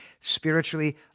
spiritually